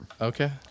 Okay